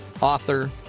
author